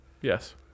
Yes